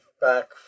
back